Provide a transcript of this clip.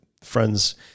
friends